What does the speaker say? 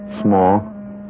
Small